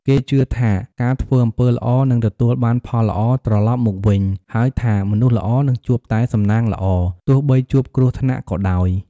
គេជឿថា ការធ្វើអំពើល្អនឹងទទួលបានផលល្អត្រឡប់មកវិញ ហើយថាមនុស្សល្អនឹងជួបតែសំណាងល្អ ទោះបីជួបគ្រោះថ្នាក់ក៏ដោយ។